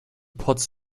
pods